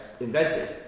invented